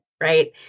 right